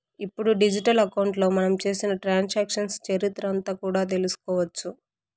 ఇప్పుడు డిజిటల్ అకౌంట్లో మనం చేసిన ట్రాన్సాక్షన్స్ చరిత్ర అంతా కూడా తెలుసుకోవచ్చు